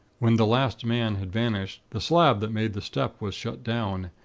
when the last man had vanished, the slab that made the step was shut down,